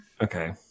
Okay